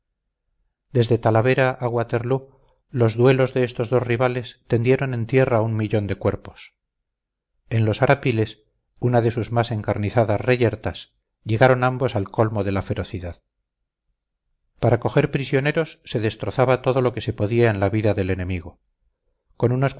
desde talavera hasta waterloo los duelos de estos dos rivales tendieron en tierra un millón de cuerpos en los arapiles una de sus más encarnizadas reyertas llegaron ambos al colmo de la ferocidad para coger prisioneros se destrozaba todo lo que se podía en la vida del enemigo con unos